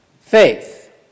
faith